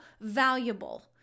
valuable